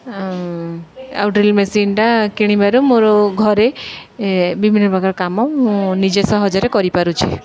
ଆଉ ଡ୍ରିଲ୍ ମେସିନ୍ଟା କିଣିବାରୁ ମୋର ଘରେ ବିଭିନ୍ନପ୍ରକାର କାମ ମୁଁ ନିଜେ ସହଜରେ କରିପାରୁଛି